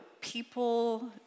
people